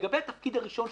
לגבי התפקיד הראשון,